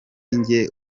njye